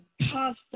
constant